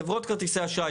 חברות כרטיסי האשראי,